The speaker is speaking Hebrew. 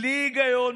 בלי היגיון,